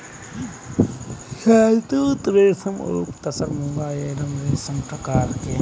शहतूत रेशम ओक तसर मूंगा एरी रेशम के प्रकार है